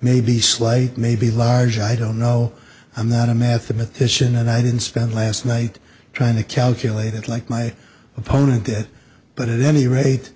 maybe slight maybe larger i don't know i'm not a mathematician and i didn't spend last night trying to calculate it like my opponent did but any rate